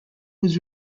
was